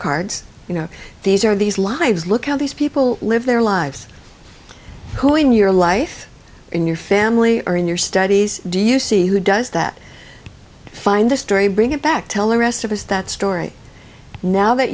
cards you know these are these lives look how these people live their lives who in your life in your family or in your studies do you see who does that find the story bring it back telling rest of us that story now that